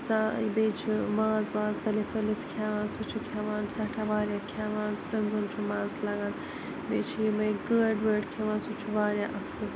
یہِ بیٚیہ چھِ ماز واز تٔلِتھ ؤلِتھ کھٮ۪وان سُہ چھُ کھٮ۪وان سٮ۪ٹھاہ واریاہ کھٮ۪وان تِمَن چھُ مَزٕ لگان بیٚیہِ چھِ یِمَے کٲڑۍ وٲڑۍ کھٮ۪وان سُہ چھُ واریاہ اَصٕل